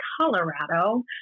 Colorado